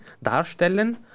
darstellen